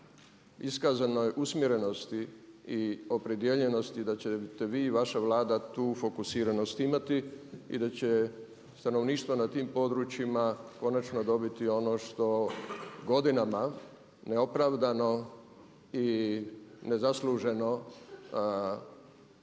iskazanoj usmjerenosti i opredijeljenosti da ćete vi i vaša Vlada tu fokusiranost imati i da će stanovništvo na tim područjima konačno dobiti ono što godinama neopravdano i nezasluženo